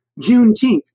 Juneteenth